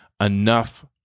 enough